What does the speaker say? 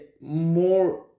more